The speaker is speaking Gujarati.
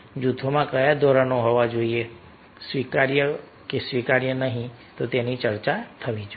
જૂથમાં કયા ધોરણો હોવા જોઈએ સ્વીકાર્ય સ્વીકાર્ય નહીં તેની ચર્ચા થવી જોઈએ